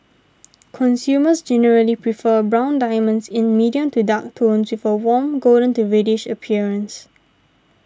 consumers generally prefer brown diamonds in medium to dark tones with a warm golden to reddish appearance